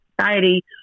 society